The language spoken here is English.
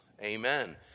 amen